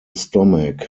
stomach